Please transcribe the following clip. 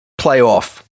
playoff